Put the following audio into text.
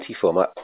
format